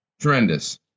Tremendous